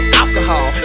alcohol